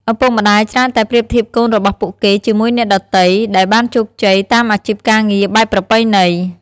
ឪពុកម្ដាយច្រើនតែប្រៀបធៀបកូនរបស់ពួកគេជាមួយអ្នកដទៃដែលបានជោគជ័យតាមអាជីពការងារបែបប្រពៃណី។